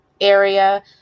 area